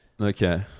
Okay